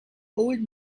old